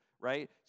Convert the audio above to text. right